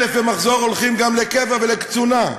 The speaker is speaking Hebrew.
1,000 במחזור, הולכים גם לקבע ולקצונה.